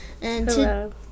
Hello